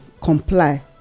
comply